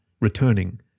returning